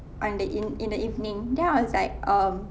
on the in in the evening then I was like um